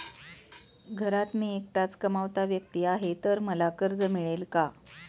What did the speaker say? घरात मी एकटाच कमावता व्यक्ती आहे तर मला कर्ज मिळेल का?